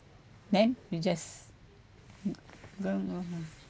then you just mm don't go